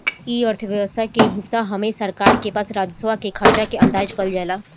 इ अर्थव्यवस्था के हिस्सा ह एमे सरकार के पास के राजस्व के खर्चा के अंदाज कईल जाला